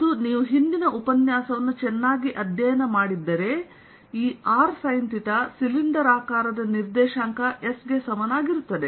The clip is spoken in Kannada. ಮತ್ತು ನೀವು ಹಿಂದಿನ ಉಪನ್ಯಾಸವನ್ನು ಚೆನ್ನಾಗಿ ಅಧ್ಯಯನ ಮಾಡಿದ್ದರೆ ಈ rsin ಸಿಲಿಂಡರಾಕಾರದ ನಿರ್ದೇಶಾಂಕ S ಗೆ ಸಮನಾಗಿರುತ್ತದೆ